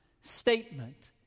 statement